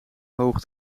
hoog